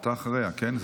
אתה אחריה, כן?